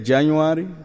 January